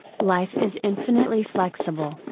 life is infinitely flexible,